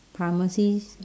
pharmacy